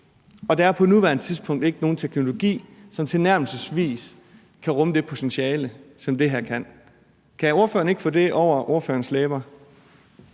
og der er på nuværende tidspunkt ikke nogen teknologi, som tilnærmelsesvis kan rumme det potentiale, som det her kan. Kan ordføreren ikke få det over sine læber?